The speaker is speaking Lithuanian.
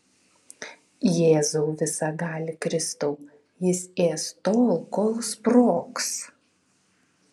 jėzau visagali kristau jis ės tol kol sprogs